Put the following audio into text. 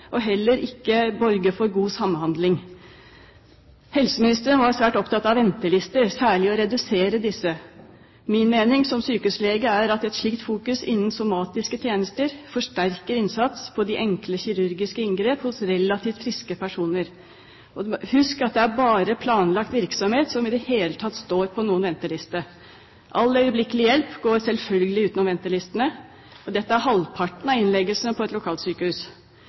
og heller ikke borger for god samhandling. Helseministeren var svært opptatt av ventelister, særlig å redusere disse. Min mening som sykehuslege er at et slikt fokus innen somatiske tjenester vil forsterke innsatsen på de enkle kirurgiske inngrep hos relativt friske personer. Husk at det bare er planlagt virksomhet som i det hele tatt står på noen venteliste. All øyeblikkelig hjelp går selvfølgelig utenom ventelistene. Dette er halvparten av innleggelsene på et lokalsykehus.